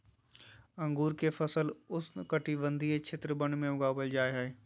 अंगूर के फल उष्णकटिबंधीय क्षेत्र वन में उगाबल जा हइ